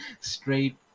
straight